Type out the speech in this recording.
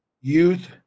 youth